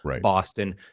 Boston